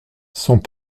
sans